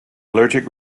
allergic